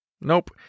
Nope